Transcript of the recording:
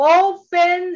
open